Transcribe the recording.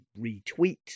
retweet